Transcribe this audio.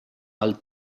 alt